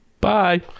Bye